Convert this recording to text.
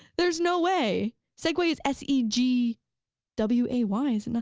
there's no way, segue is s e g w a y, isn't ah